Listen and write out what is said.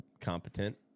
competent